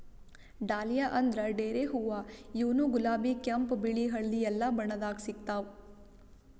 dahlia ಅಂದ್ರ ಡೇರೆ ಹೂವಾ ಇವ್ನು ಗುಲಾಬಿ ಕೆಂಪ್ ಬಿಳಿ ಹಳ್ದಿ ಎಲ್ಲಾ ಬಣ್ಣದಾಗ್ ಸಿಗ್ತಾವ್